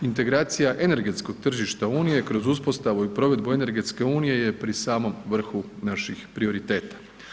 Integracija energetskog tržišta unije kroz uspostavu i provedbu energetske unije je pri samom vrhu naših prioriteta.